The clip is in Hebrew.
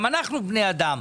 גם אנחנו בני אדם,